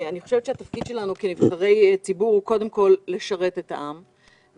התפקיד שלנו כנבחרי ציבור הוא קודם כול לשרת את העם,